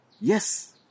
Yes